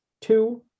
two